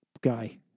guy